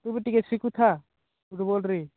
ତୁ ବି ଟକେ ଶିଖୁଥା ଫୁଟବୁଲ୍ରେ